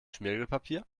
schmirgelpapier